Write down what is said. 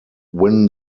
win